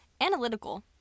analytical